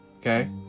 okay